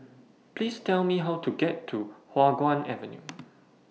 Please Tell Me How to get to Hua Guan Avenue